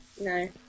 No